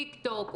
טיק טוק,